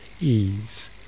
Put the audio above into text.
ease